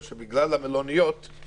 הטענה שלך היא נכונה,